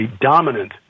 dominant